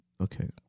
Okay